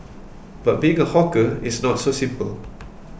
but being a hawker it's not so simple